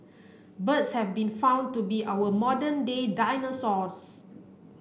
birds have been found to be our modern day dinosaurs